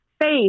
face